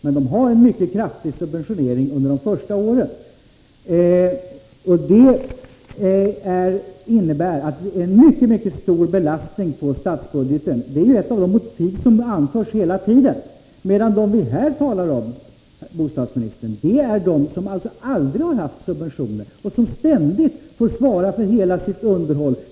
Men de har en mycket kraftig subventionering under de första åren. Det innebär en mycket stor belastning på statsbudgeten. Detta förhållande är också ett av de motiv som anförs hela tiden. Men de vi här talar om, bostadsministern, är de som aldrig har haft subventioner och som ständigt får svara för hela fastighetsunderhållet.